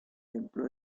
templo